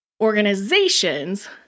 organizations